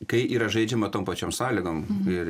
kai yra žaidžiama tom pačiom sąlygom ir